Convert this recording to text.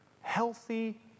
healthy